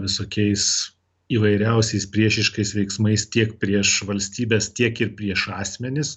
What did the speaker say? visokiais įvairiausiais priešiškais veiksmais tiek prieš valstybes tiek ir prieš asmenis